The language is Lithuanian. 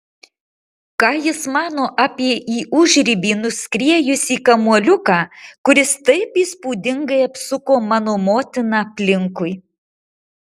ką jis mano apie į užribį nuskriejusi kamuoliuką kuris taip įspūdingai apsuko mano motiną aplinkui